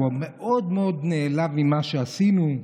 הוא מאוד מאוד נעלב ממה שעשינו.